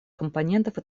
компонентов